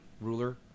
ruler